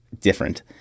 different